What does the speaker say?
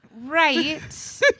right